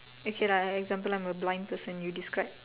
okay lah example I'm a blind person you describe